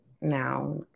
now